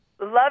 Love